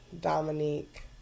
Dominique